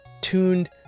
tuned